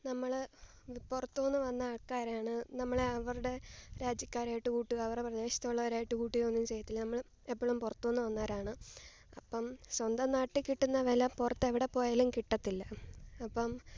നമ്മൾ പുറത്തു നിന്നു വന്ന ആൾക്കാരാണ് നമ്മളെ അവരുടെ രാജ്യക്കാരായിട്ടു കൂട്ടുക അവരുടെ പ്രദേശത്തുള്ളവരായിട്ട് കുട്ടുകയൊന്നും ചെയ്യത്തില്ല നമ്മൾ എപ്പോഴും പുറത്തു നിന്നു വന്നവരാണ് അപ്പം സ്വന്തം നാട്ടിൽ കിട്ടുന്ന വില പുറത്തെവിടെപ്പോയാലും കിട്ടത്തില്ല അപ്പം